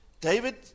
David